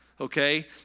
Okay